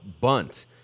Bunt